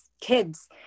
kids